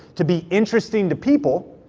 to be interesting to people,